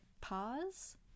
pause